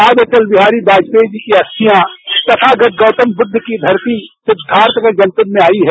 आज अटल बिहारी वाजपेई जी की अस्थियां तथागत गौतमबुद्द की घरती सिद्दार्थनगर जनपद में आई है